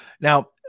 Now